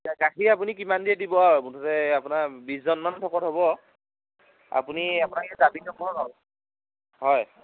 এতিয়া গাখীৰ আপুনি কিমান দিয়ে দিব আৰু মুঠতে আপোনাৰ বিছজনমান ভকত হ'ব আপুনি আপোনাক দাবী নকৰো আৰু হয়